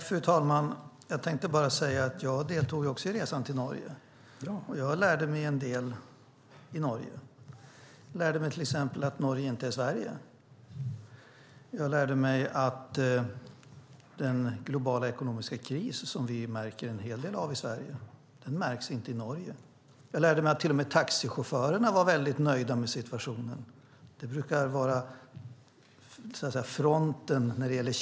Fru talman! Jag deltog också i resan till Norge, och jag lärde mig en del i Norge. Jag lärde mig till exempel att Norge inte är Sverige. Jag lärde mig att den globala ekonomiska kris som vi märker en hel del av i Sverige inte märks i Norge. Jag lärde mig att till och med taxichaufförerna var nöjda med situationen. De brukar vara fronten, känselspröten, om vad som händer.